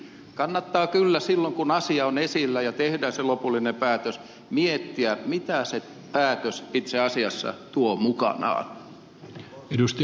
kannattaa kyllä silloin kun asia on esillä ja tehdään se lopullinen päätös miettiä mitä se päätös itse asiassa tuo mukanaan